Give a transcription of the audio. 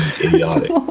idiotic